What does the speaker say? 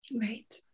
Right